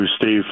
Steve